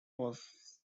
was